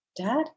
dad